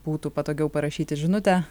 būtų patogiau parašyti žinutę